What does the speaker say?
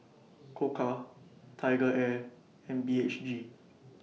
Koka TigerAir and B H G